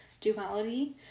duality